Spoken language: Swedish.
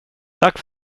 tack